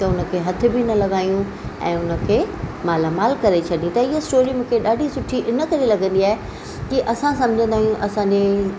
त हुन खे हथ बि न लॻायूं ऐं हुनखे मालामाल करे छॾी त ईअं स्टोरी मूंखे ॾाढी सुठी इन करे लॻंदी आहे की असां सम्झंदा आहियूं असांजे